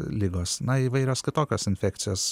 ligos na įvairios kitokios infekcijos